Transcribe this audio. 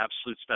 absolute